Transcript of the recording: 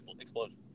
explosion